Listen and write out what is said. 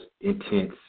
intense